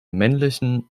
männlichen